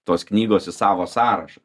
tos knygos į savo sąrašą